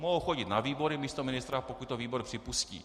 Mohou chodit na výbory místo ministra, pokud to výbor připustí.